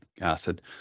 acid